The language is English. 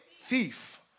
thief